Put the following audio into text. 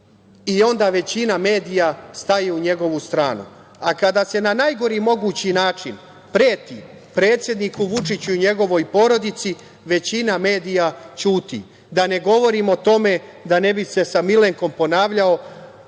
i onda većina medija staje u njegovu stranu, a kada se na najgori mogući način preti predsedniku Vučiću i njegovoj porodici, većina medija ćuti, a da ne govorim o tome, da ne bih se sa Milenkom ponavljao,